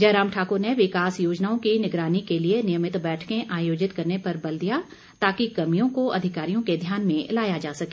जयराम ठाकुर ने विकास योजनाओं की निगरानी के लिए नियमित बैठकें आयोजित करने पर बल दिया ताकि कमियों को अधिकारियों के ध्यान में लाया जा सके